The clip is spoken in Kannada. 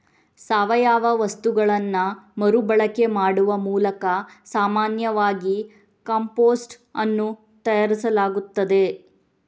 ಸಾವಯವ ವಸ್ತುಗಳನ್ನ ಮರು ಬಳಕೆ ಮಾಡುವ ಮೂಲಕ ಸಾಮಾನ್ಯವಾಗಿ ಕಾಂಪೋಸ್ಟ್ ಅನ್ನು ತಯಾರಿಸಲಾಗ್ತದೆ